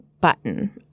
button